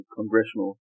congressional